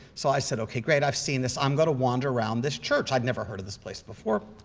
so i said, ok, great, i've seen this. i'm going to wander around this church. i've never heard of this place before.